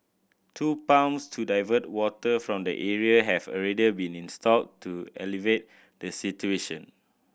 two pumps to divert water from the area have already been installed to alleviate the situation